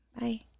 Bye